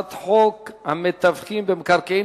11,